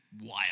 wild